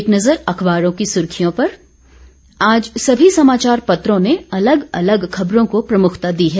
एक नज़र अखबारों की सुर्खियों पर आज सभी समाचार पत्रों ने अलग अलग खबरों को प्रमुखता दी है